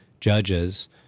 judges